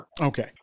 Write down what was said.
Okay